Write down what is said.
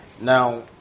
Now